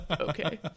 okay